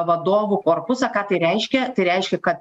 vadovų korpusą ką tai reiškia tai reiškia kad